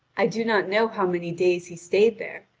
i do not know how many days he stayed there,